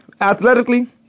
athletically